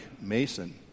Mason